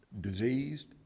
diseased